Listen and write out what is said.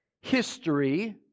History